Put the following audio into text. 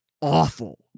awful